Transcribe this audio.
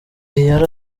yari